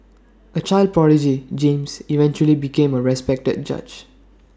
A child prodigy James eventually became A respected judge